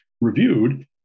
reviewed